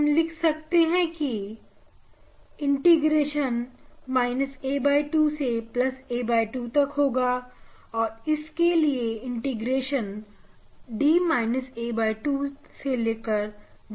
हम लिख सकते हैं कि इंटीग्रेशन a2 से a2 तक होगा और इसी से के लिए integration d a2 to d a2 तक होगा